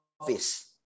office